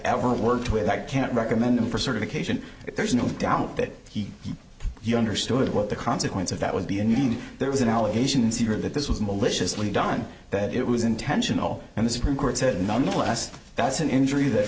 ever worked with i can't recommend him for certification there's no doubt that he understood what the consequence of that would be a need there was an allegations here that this was maliciously done that it was intentional and the supreme court said nonetheless that's an injury that